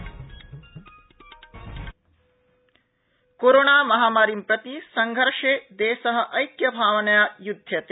Covid opening कोरोणामहामारीं प्रति संघर्षे देश ऐक्यभावनया युदध्यते